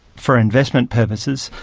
for investment purposes.